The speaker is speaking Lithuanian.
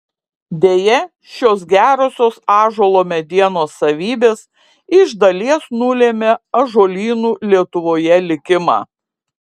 deja šios gerosios ąžuolo medienos savybės iš dalies nulėmė ąžuolynų lietuvoje likimą